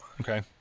Okay